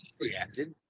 Reacted